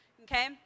okay